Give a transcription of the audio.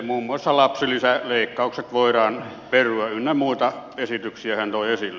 muun muassa lapsilisäleikkaukset voidaan perua ynnä muita esityksiä hän toi esille